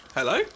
Hello